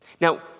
Now